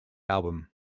album